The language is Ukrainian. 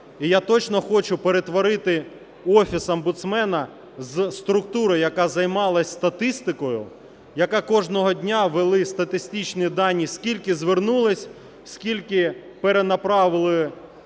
І я точно хочу перетворити Офіс омбудсмена зі структури, яка займалась статистикою, яка кожного дня вела статистичні дані, скільки звернулося, скільки перенаправили